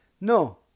No